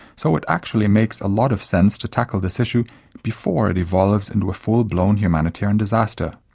so it actually makes a lot of sense to tackle this issue before it evolves into a full-blown humanitarian disaster.